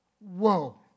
Whoa